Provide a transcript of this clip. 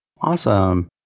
Awesome